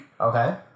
Okay